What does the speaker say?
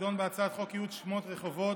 התרבות והספורט תדון בהצעת חוק ייעוד שמות רחובות,